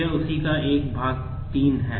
यह उसी का एक भाग 3 है